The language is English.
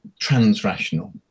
transrational